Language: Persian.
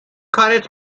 کارت